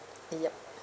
ya